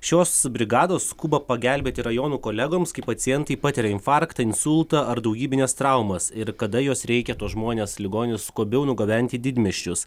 šios brigados skuba pagelbėti rajonų kolegoms kai pacientai patiria infarktą insultą ar daugybines traumas ir kada juos reikia tuos žmones ligonius skubiau nugabent į didmiesčius